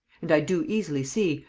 and i do easily see,